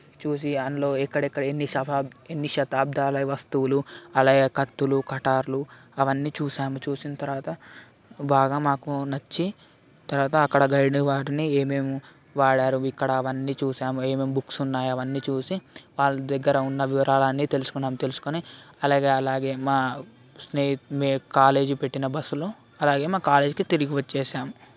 చూసి ఆన్లో ఎక్కడెక్కడ ఎన్ని శతాబ్ ఎన్ని శతాబ్దాల వస్తువులు అలాగే కత్తులు కటార్లు అవన్నీ చూసాము చూసిన తర్వాత బాగా మాకు నచ్చి తర్వాత అక్కడ గైడ్ వారిని ఏమేమి వాడారు ఇక్కడ అవన్నీ చూసాము ఏమేమి బుక్స్ ఉన్నాయో అవన్నీ చూసి వాళ్ళ దగ్గర ఉన్న వివరాలన్నీ తెలుసుకున్నాం తెలుసుకొని అలాగే అలాగే స్నేహి మే మా కాలేజీ పెట్టిన బస్సులు అలాగే మా కాలేజీకి తిరిగి వచ్చేసాము